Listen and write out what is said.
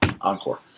encore